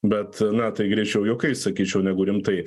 bet na tai greičiau juokais sakyčiau negu rimtai